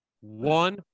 one